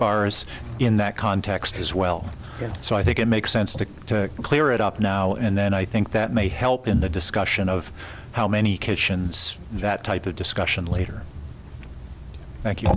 bars in that context as well so i think it makes sense to clear it up now and then i think that may help in the discussion of how many kitchens that type of discussion later